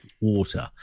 water